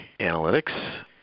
analytics